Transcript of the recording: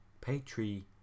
Patri